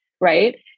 right